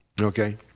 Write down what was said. Okay